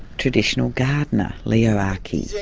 traditional gardener leo akee.